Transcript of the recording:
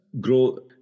grow